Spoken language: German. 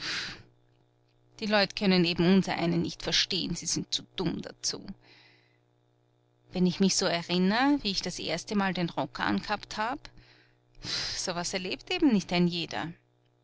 die leut können eben unserein'n nicht versteh'n sie sind zu dumm dazu wenn ich mich so erinner wie ich das erstemal den rock angehabt hab so was erlebt eben nicht ein jeder